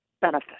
benefit